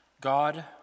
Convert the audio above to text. God